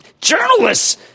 journalists